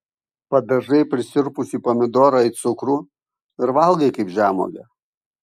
padažai prisirpusį pomidorą į cukrų ir valgai kaip žemuogę